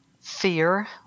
fear